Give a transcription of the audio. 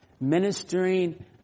ministering